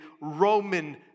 Roman